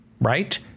right